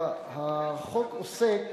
החוק עוסק